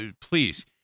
please